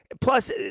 Plus